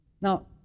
Now